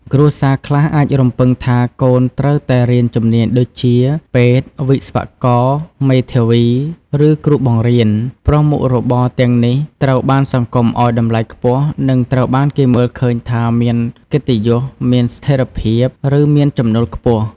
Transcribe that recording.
គ្រួសារខ្លះអាចរំពឹងថាកូនត្រូវតែរៀនជំនាញដូចជា ពេទ្យ វិស្វករ មេធាវី ឬគ្រូបង្រៀន ព្រោះមុខរបរទាំងនេះត្រូវបានសង្គមឲ្យតម្លៃខ្ពស់ និងត្រូវបានគេមើលឃើញថាមានកិត្តិយស មានស្ថិរភាព ឬមានចំណូលខ្ពស់។